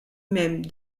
même